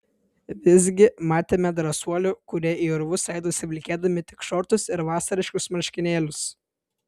visgi matėme drąsuolių kurie į urvus leidosi vilkėdami tik šortus ir vasariškus marškinėlius